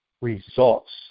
results